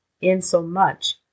insomuch